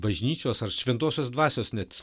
bažnyčios ar šventosios dvasios net